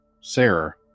Sarah